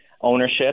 ownership